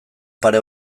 pare